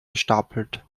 gestapelt